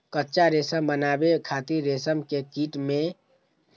कच्चा रेशम बनाबै खातिर रेशम के कीट कें पालन होइ छै, जेकरा सेरीकल्चर कहल जाइ छै